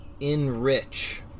enrich